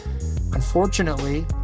Unfortunately